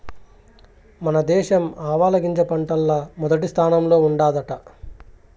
మన దేశం ఆవాలగింజ పంటల్ల మొదటి స్థానంలో ఉండాదట